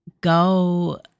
Go